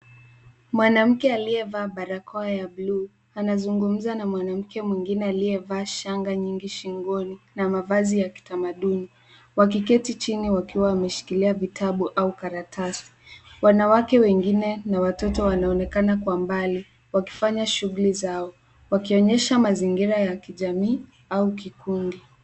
Mwanamke aliyevaa barakoa ya bluu, anazungumza na mwanamke mwingine aliyevaa shanga nyingi shingoni na mavazi ya kitamaduni. Wakiketi chini wakiwa wameshikilia kalamu au karatasi. Wanawake wengine na watoto wanaonekana kwa mbali wakifanya shughuli zao, wakionyesha mazingira ya kijamii au kikundi.